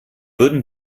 würden